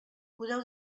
podeu